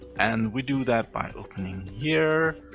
and we do that by opening here.